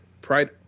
pride